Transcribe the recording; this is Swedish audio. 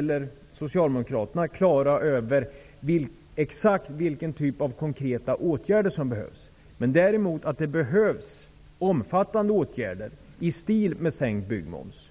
Vi socialdemokrater är inte på det klara med exakt vilken typ av konkreta åtgärder som behövs. Däremot vet vi att det behövs omfattande åtgärder i stil med sänkt byggmoms.